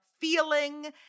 feeling